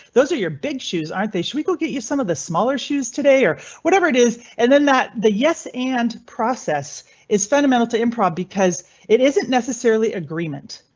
those are your big shoes aren't they? should we go get you some of the smaller shoes today or whatever it is? and then that the yes and process is fundamental to improv because it isn't necessarily agreement.